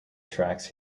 tracks